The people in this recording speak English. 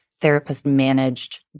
therapist-managed